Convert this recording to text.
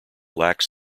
lacks